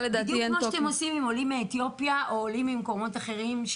בדיוק כמו שאתם עושים עם עולים מאתיופיה או עולים ממקומות אחרים.